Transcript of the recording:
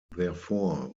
therefore